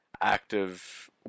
active